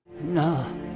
No